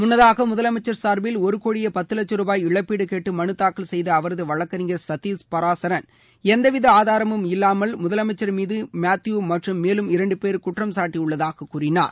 முன்னதாக முதலமைச்சா் சாா்பில் ஒரு கோடியே பத்து லட்சம் ரூபாய் இழப்பீடு கேட்டு மலு தாக்கல் செய்த அவரது வழக்கறிஞர் சத்தீஷ் பராசரண் எந்தவித ஆதாரமும் இல்லாமல் முதலமைச்சர் மீது மேத்பூ மற்றும் மேலும் இரண்டு பேர் குற்றம்சாட்டியுள்ளதாக கூறினார்